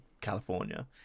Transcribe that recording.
California